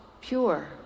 pure